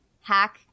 hack